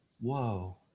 Whoa